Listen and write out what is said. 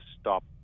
stop